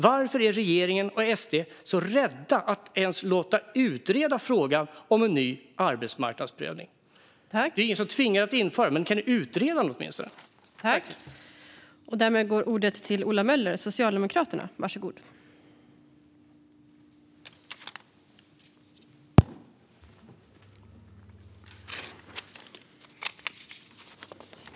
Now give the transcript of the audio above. Varför är regeringen och SD, statsrådet, så rädda att ens låta utreda frågan om en ny arbetsmarknadsprövning? Det är ingen som tvingar er att införa den, men kan ni åtminstone utreda frågan?